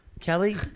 Kelly